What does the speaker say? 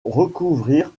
recouvrir